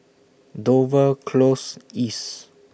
Dover Close East